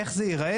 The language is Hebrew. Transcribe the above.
איך זה יראה?